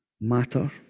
matter